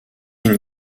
une